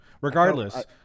Regardless